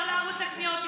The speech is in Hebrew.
לא לערוץ הקניות.